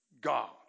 God